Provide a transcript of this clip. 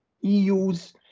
EU's